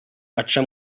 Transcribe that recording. aca